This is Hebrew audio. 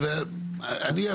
אני,